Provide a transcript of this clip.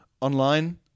online